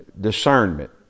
discernment